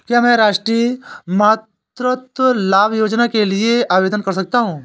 क्या मैं राष्ट्रीय मातृत्व लाभ योजना के लिए आवेदन कर सकता हूँ?